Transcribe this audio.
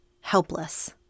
helpless